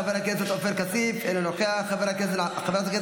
חברת הכנסת שרון ניר, אינה נוכחת, חבר הכנסת ואליד